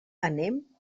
anem